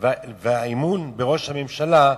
מבחינת האמון בראש הממשלה,